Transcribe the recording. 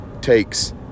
takes